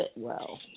Fitwell